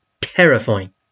terrifying